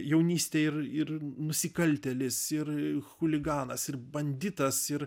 jaunystėj ir ir nusikaltėlis ir chuliganas ir banditas ir